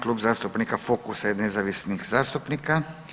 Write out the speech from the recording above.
Klub zastupnika Fokusa i nezavisnih zastupnika.